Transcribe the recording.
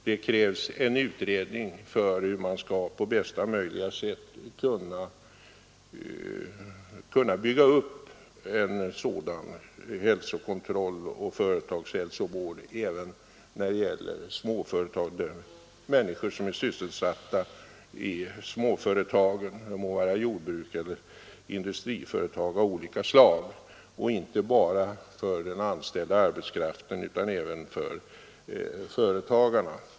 Det behöver göras en utredning av hur man på bästa möjliga sätt skall kunna bygga upp en sådan hälsokontroll och företagshälsovård även för människor som är sysselsatta i småföretagen — det må vara jordbruk eller industriföretag av olika slag. Den bör avse inte bara den anställda arbetskraften utan även företagarna.